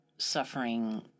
suffering